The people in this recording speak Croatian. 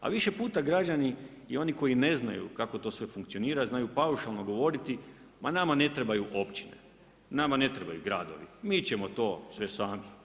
A više puta građani i oni koji ne znaju kako to sve funkcionira, znaju paušalno govoriti, ma nama ne trebaju općine, nama ne trebaju gradovi, mi ćemo to sve sami.